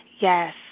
Yes